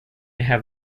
have